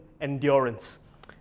endurance